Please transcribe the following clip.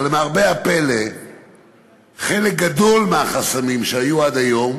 אבל למרבה הפלא חלק גדול מהחסמים שהיו עד היום